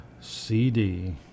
cd